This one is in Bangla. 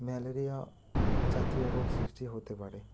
ম্যালেরিয়া জাতীয় রোগ সৃষ্টি হতে পারে